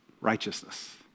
righteousness